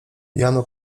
jano